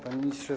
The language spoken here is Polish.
Panie Ministrze!